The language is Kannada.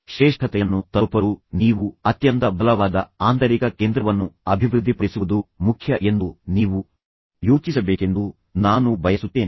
ಶ್ರೇಷ್ಠತೆಯನ್ನು ತಲುಪಲು ನೀವು ಅತ್ಯಂತ ಬಲವಾದ ಆಂತರಿಕ ಕೇಂದ್ರವನ್ನು ಅಭಿವೃದ್ಧಿಪಡಿಸುವುದು ಮುಖ್ಯ ಎಂದು ನೀವು ಯೋಚಿಸಬೇಕೆಂದು ನಾನು ಬಯಸುತ್ತೇನೆ